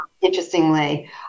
interestingly